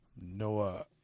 Noah